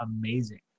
amazing